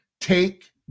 take